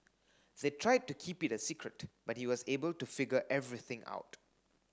they tried to keep it a secret but he was able to figure everything out